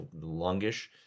longish